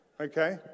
Okay